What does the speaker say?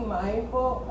mindful